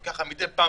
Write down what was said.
מידי פעם,